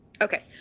Okay